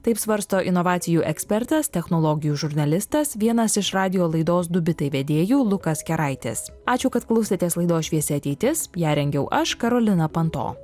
taip svarsto inovacijų ekspertas technologijų žurnalistas vienas iš radijo laidos du bitai vedėjų lukas keraitis ačiū kad klausėtės laidos šviesi ateitis ją rengiau aš karolina panto